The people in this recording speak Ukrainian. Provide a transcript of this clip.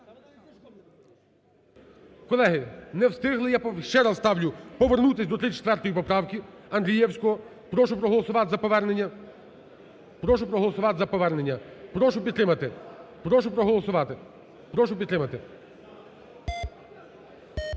Колеги, не встигли, я ще раз ставлю, повернутись до 34 поправки Андрієвського, прошу проголосувати за повернення, прошу проголосувати за повернення. Прошу підтримати, прошу проголосувати, прошу підтримати.